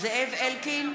זאב אלקין,